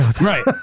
Right